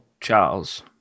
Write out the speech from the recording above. Charles